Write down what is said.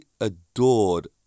adored